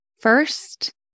first